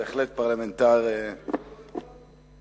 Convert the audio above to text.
הוא בהחלט פרלמנטר מצטיין.